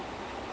mm